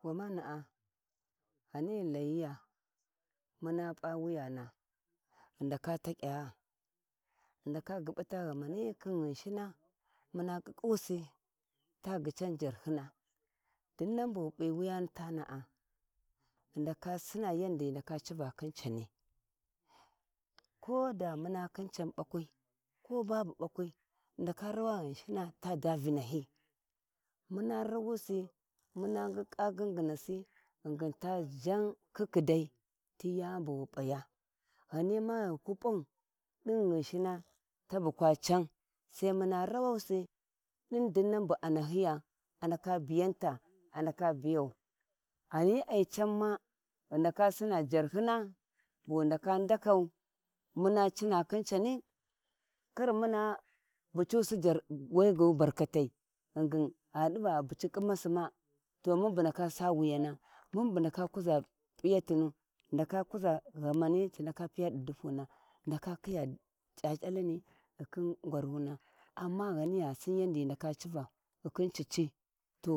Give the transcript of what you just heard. Gwamana'a ghani ghi Layiya muna p'a wuya no ghi ndaka taƙya ghi ndaka ghuɓute ghama ni khin Ghinshina muuna ƙiƙƙu si ta ghican jarhina dinnan ɓughu p’i yani tana’a ghi ndaka sina yandi ghi ndaka civa khin cani koda muna khin can ɓakwi ko babu ɓakwi ghi ndaka rawa Ghinshina ta daa Vinahi, muna rawusi muu ƙiƙƙa nginasi ta zhan kikkidai ti yani bughu P’ya ghani ma ghaku P’au din Ghinshina, tabu kwa can sai muma rawusi din dinbu a nahiya, a ndaka biyanta a ndaka bijau ghani ai can ma ghi ndaka sinna jarhina bughi ndaka ndakau mna cina khin cani mana bucisi gu we ghu bakatai, ghingi gha diba ghi baci ƙinasi ma mun bundaka sa wuyana mum bu ndaka kuʒa p’iyatinu ghi ndaka kuʒa ghama ci ndaka piya dupuna ghi ndaka khiya cac’alan ghi khin ngwarma amma gha Sinni yandi ghi ndaka civa ghikhi cici to